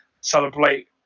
celebrate